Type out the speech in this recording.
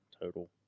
Total